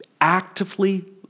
actively